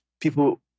people